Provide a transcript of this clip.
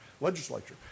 legislature